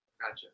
Gotcha